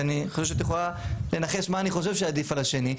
ואני חושב שאת יכולה לנחש מה אני חושב שעדיף על השני.